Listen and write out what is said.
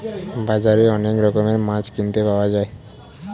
বাজারে অনেক রকমের মাছ কিনতে পাওয়া যায়